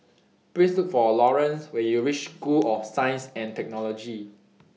Please Look For Laurance when YOU REACH School of Science and Technology